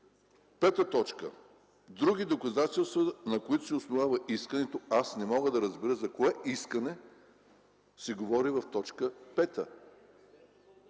Пета точка: „други доказателства, на които се основава искането”. Аз не мога да разбера за кое искане се говори в т.